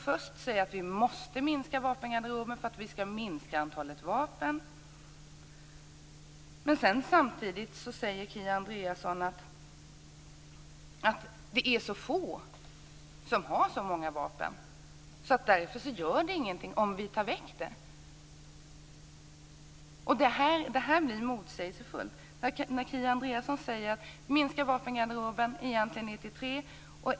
Först säger hon att vi måste minska vapengarderoben för att vi ska minska antalet vapen. Samtidigt säger Kia Andreasson att det är så få som har så många vapen. Därför gör det ingenting om vi tar väck det. Det här blir motsägelsefullt. Kia Andreasson säger att vi ska minska vapengarderoben ned till tre.